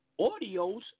audios